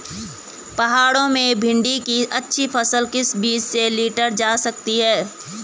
पहाड़ों में भिन्डी की अच्छी फसल किस बीज से लीटर जा सकती है?